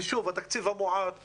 התקציב המועט הזה.